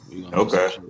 Okay